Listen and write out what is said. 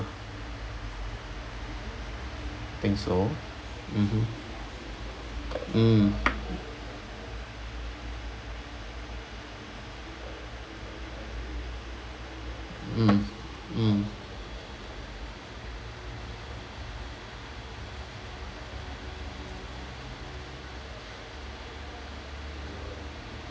think so mmhmm mm mm mm